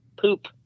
poop